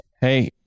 Hey